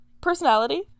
personality